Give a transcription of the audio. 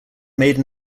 made